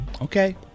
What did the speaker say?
Okay